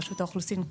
רשות האוכלוסין,